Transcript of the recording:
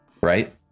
right